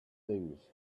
things